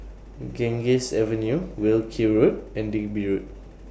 Ganges Avenue Wilkie Road and Digby Road